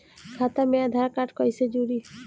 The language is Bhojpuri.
खाता मे आधार कार्ड कईसे जुड़ि?